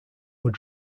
were